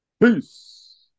Peace